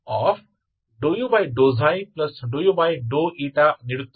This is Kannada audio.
ಇನ್ನೊಂದು ಬಾರಿ ಅದು ನಿಮಗೆ uxx ∂u∂u ನೀಡುತ್ತದೆ